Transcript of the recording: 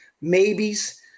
maybes